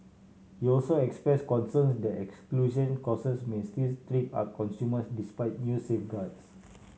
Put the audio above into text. he also expressed concerns that exclusion causes may still trip up consumers despite new safeguards